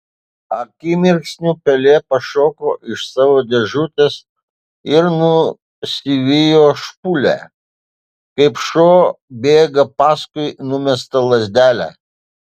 akimirksniu pelė pašoko iš savo dėžutės ir nusivijo špūlę kaip šuo bėga paskui numestą lazdelę